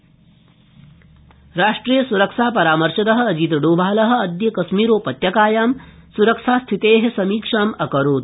डोभाल कश्मीरोपत्यका राष्ट्रियसुरक्षापरामर्शदः अजीतडोभालः अद्य कश्मीरोपत्यकायां सुरक्षा स्थितेः समीक्षाम् अकरोत्